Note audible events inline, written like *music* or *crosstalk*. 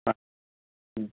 *unintelligible*